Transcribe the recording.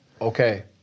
Okay